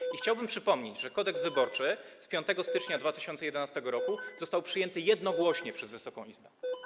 I chciałbym przypomnieć, że Kodeks wyborczy z 5 stycznia 2011 r. został przyjęty jednogłośnie przez Wysoką Izbę.